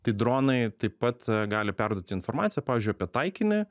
tai dronai taip pat gali perduoti informaciją pavyzdžiui apie taikinį